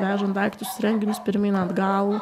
vežant daiktus renginius pirmyn atgal